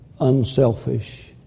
unselfish